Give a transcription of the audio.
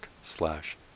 slash